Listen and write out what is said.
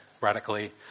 radically